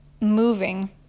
moving